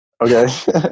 okay